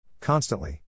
Constantly